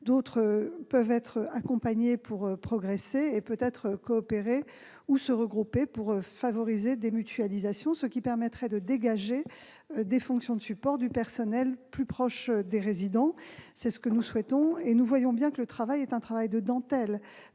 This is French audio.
d'autres peuvent être accompagnés pour progresser et, peut-être, coopérer ou se regrouper afin de favoriser des mutualisations. Cela permettrait de dégager des fonctions de support un personnel plus proche des résidents. C'est ce que nous souhaitons, et nous voyons bien qu'il s'agit d'un travail de dentelle,